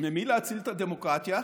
ממי להציל את הדמוקרטיה?